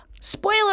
Spoiler